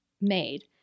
made